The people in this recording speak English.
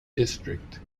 district